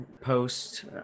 post